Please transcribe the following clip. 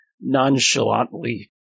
nonchalantly